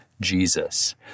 Jesus